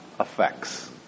effects